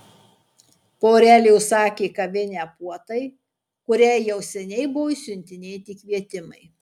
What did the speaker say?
porelė užsakė kavinę puotai kuriai jau seniai buvo išsiuntinėti kvietimai